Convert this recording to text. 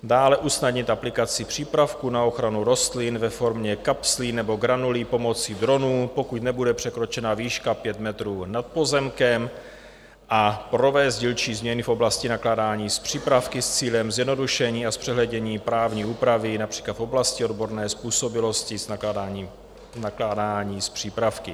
Dále usnadnit aplikaci přípravků na ochranu rostlin ve formě kapslí nebo granulí pomocí dronů, pokud nebude překročena výška 5 metrů nad pozemkem, a provést dílčí změny v oblasti nakládání s přípravky s cílem zjednodušení a zpřehlednění právní úpravy, například v oblasti odborné způsobilosti k nakládání s přípravky.